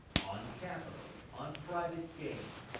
on capital, on private gain.